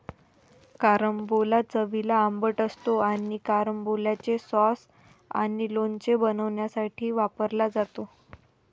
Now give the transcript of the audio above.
carambola चवीला आंबट असतो आणि कॅरंबोलाचे सॉस आणि लोणचे बनवण्यासाठी वापरला जातो